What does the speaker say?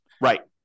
Right